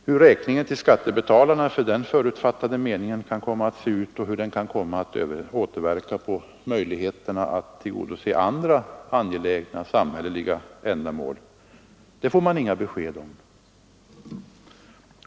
Hur räkningen till skattebetalarna för den förutfattade meningen kan komma att se ut och hur den kan komma att påverka möjligheterna att tillgodose andra angelägna samhälleliga ändamål får man inget besked om.